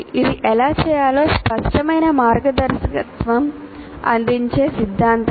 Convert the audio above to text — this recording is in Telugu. ఇది ఎలా చేయాలో స్పష్టమైన మార్గదర్శకత్వం అందించే సిద్ధాంతంమా